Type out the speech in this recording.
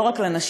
לא רק לנשים,